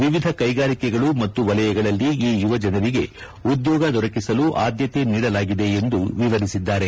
ವಿವಿಧ ಕ್ಲೆಗಾರಿಕೆಗಳು ಮತ್ತು ವಲಯಗಳಲ್ಲಿ ಈ ಯುವಜನರಿಗೆ ಉದ್ಯೋಗ ದೊರಕಿಸಲು ಆದ್ಯತೆ ನೀಡಲಾಗಿದೆ ಎಂದು ವಿವರಿಸಿದ್ದಾರೆ